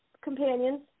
companions